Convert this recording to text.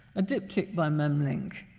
a diptych by memling,